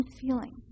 feeling